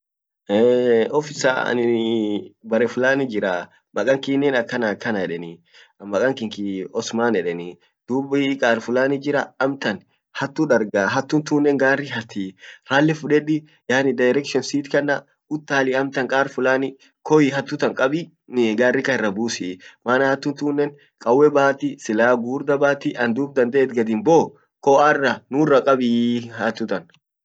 ofisaa anin bare fulani jiraa makan kinen akana akana edeni makan kinki osman edenii dub kar fulani jira hatu dargaa hatun tunen garri hatii ralle fudedi yaani directions sit kanna utali amtan kar fulani koi hattu tan kabii garri kan irra busii maana hattu tunen qawwe bati silaha guddio batti an dub dande it gadin himbo ko arra nurra kabii hattu tan